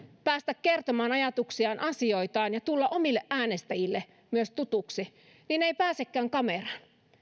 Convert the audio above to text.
päästä kertomaan ajatuksiaan ja asioitaan ja myös tulla omille äänestäjille tutuksi niin ei pääsekään kameraan